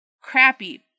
crappy